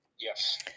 Yes